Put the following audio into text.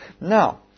Now